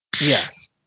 yes